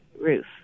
roof